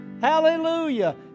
Hallelujah